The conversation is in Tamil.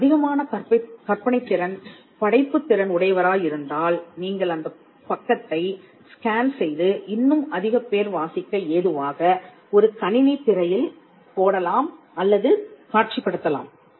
நீங்கள் அதிகமான கற்பனைத்திறன் படைப்புத்திறன் உடையவராய் இருந்தால் நீங்கள் அந்தப் பக்கத்தை ஸ்கேன் செய்து இன்னும் அதிகம் பேர் வாசிக்க ஏதுவாக ஒரு கணினி திரையில் போடலாம் அல்லது காட்சிப்படுத்தலாம்